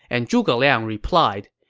and zhuge liang replied,